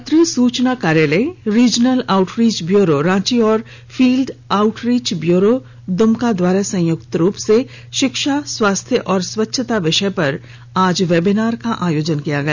पत्र सूचना कार्यालय रीजनल आउटरीच ब्यूरो रांची और फील्ड आउटरीच ब्यूरो दुमका द्वारा संयुक्त रूप से शिक्षा स्वास्थ्य और स्वच्छता विषय पर आज वेबिनार का आयोजन किया गया